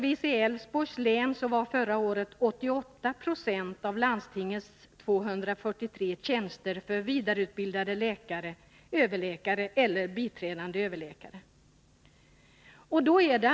I Älvsborgs län exempelvis var förra året 88 9o av landstingets 243 tjänster för vidareutbildade läkare överläkareller biträdande överläkartjänster.